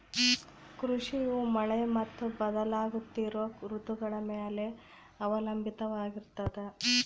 ಕೃಷಿಯು ಮಳೆ ಮತ್ತು ಬದಲಾಗುತ್ತಿರೋ ಋತುಗಳ ಮ್ಯಾಲೆ ಅವಲಂಬಿತವಾಗಿರ್ತದ